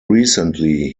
recently